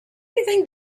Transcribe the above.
anything